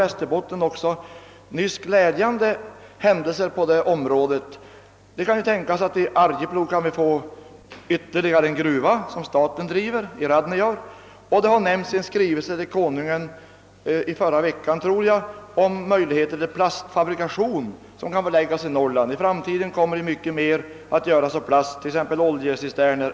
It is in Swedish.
Det har nyligen inträffat glädjande saker på detta område i Malå i Västerbotten, och det kan tänkas att vi i Arjeplog kan få ytterligare en gruva driven i statlig regi, nämligen i Radnejaure. Det har också i en skrivelse till Kungl. Maj:t i förra veckan omnämnts att vissa utsikter kan föreligga att starta en plastfabrikation i Norrland. Man kommer ju i framtiden att i mycket större utsträckning än nu tillverka olika saker av plast, t.ex. oljecisterner.